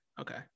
okay